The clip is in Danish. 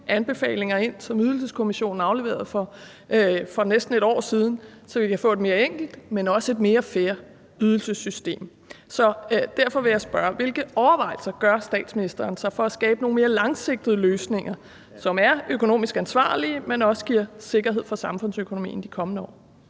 som Ydelseskommissionen afleverede for næsten et år siden, så vi kan få et mere enkelt, men også et mere fair ydelsessystem. Så derfor vil jeg spørge: Hvilke overvejelser gør statsministeren sig for at skabe nogle mere langsigtede løsninger, som er økonomisk ansvarlige, men som også giver sikkerhed for samfundsøkonomien i de kommende år.